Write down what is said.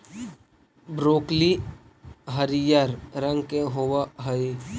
broccoli हरियर रंग के होब हई